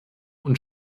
und